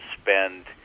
spend